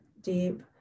deep